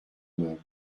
meuble